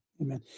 amen